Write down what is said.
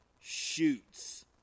Shoots